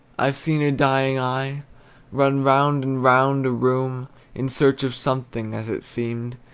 i've seen a dying eye run round and round a room in search of something, as it seemed,